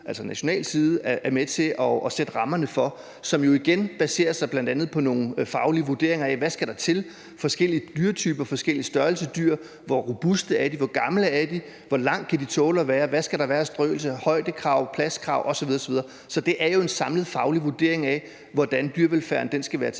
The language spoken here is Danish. dansk side er med til at sætte rammerne for, og som jo igen baserer sig på bl.a. nogle faglige vurderinger af, hvad der skal til i forhold til forskellige dyretyper, forskellige størrelser af dyr, hvor robuste de er, hvor gamle de er, hvor langt de kan tåle at køre, hvad der skal være af strøelse, højdekrav og pladskrav osv. osv. Så det er jo en samlet faglig vurdering af, hvordan dyrevelfærden skal være til